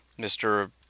Mr